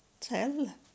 tell